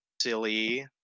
silly